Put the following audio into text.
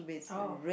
oh